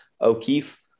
O'Keefe